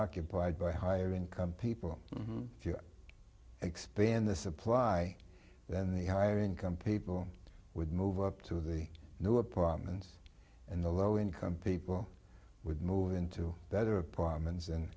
occupied by higher income people if you expand the supply then the higher income people would move up to the new apartments and the low income people would move into better apartments and